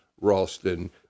Ralston